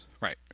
Right